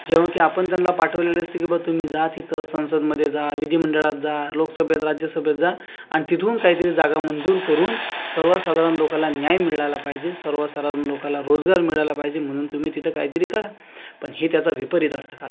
जेव्हा की आपण त्यांना पाठवलेले असते की बा तुम्ही जा तिथं संसदेमधे जा विधिमंडळात जा लोकसभेत राज्यसभेत जा आणि तिथून काहीतरी जागा मंजूर करून सर्वसाधारण लोकांना न्याय मिळाला पाहिजे सर्वसाधारण लोकांना रोजगार मिळाला पाहिजे म्हणून तुम्ही तिथं काहीतरी करा पण हे त्याचा विपरीत अर्थ काढतात